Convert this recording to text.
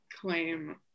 claim